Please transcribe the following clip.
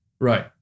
Right